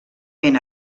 ben